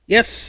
Yes